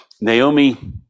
Naomi